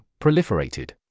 proliferated